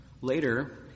later